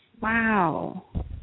Wow